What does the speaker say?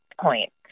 point